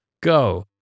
Go